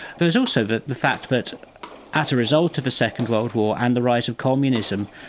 there was also the the fact that as a result of the second world war and the rise of communism,